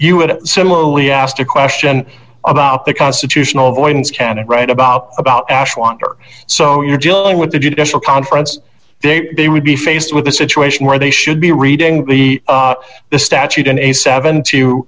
you would have similarly asked a question about the constitutional avoidance can't write about about ash want or so you're dealing with the judicial conference they they would be faced with a situation where they should be reading the the statute in a seven to